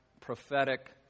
prophetic